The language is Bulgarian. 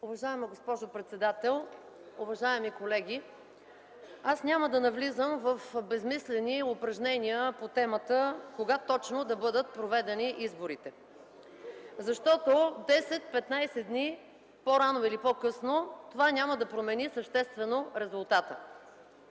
Уважаема госпожо председател, уважаеми колеги! Аз няма да навлизам в безсмислени упражнения по темата кога точно да бъдат проведени изборите, защото 10-15 дни по-рано или по-късно няма да променят съществено резултата.